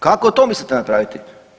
Kako to mislite napraviti?